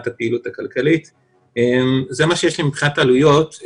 זה מה שיש לי מבחינת העלויות.